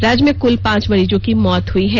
राज्य में कुल पांच मरीजों की मौत हुई है